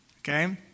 okay